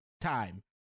time